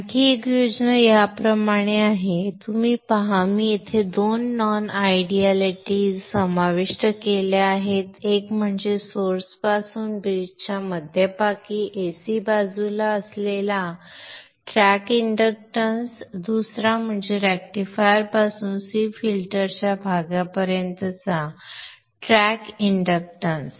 आणखी एक योजना याप्रमाणे आहे तुम्ही पहा येथे मी दोन नॉन आयडियालेटीज समाविष्ट केल्या आहेत एक म्हणजे सोर्स पासून ब्रिज च्या मध्यभागी AC बाजूला असलेला ट्रॅक इंडक्टन्स दुसरा म्हणजे रेक्टिफायरपासून C फिल्टर भागापर्यंतचा ट्रॅक इंडक्टन्स